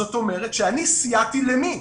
זאת אומרת, אני סייעתי, למי?